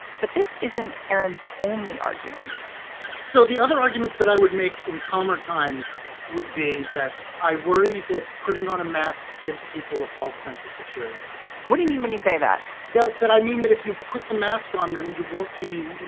but this isn't aaron's only argument so the other arguments that i would make in calmer times would be that i worry that putting on a mask gives people a false sense of security. what do you mean when you say that that that i mean that if you put the mask on, then you won't be you